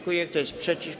Kto jest przeciw?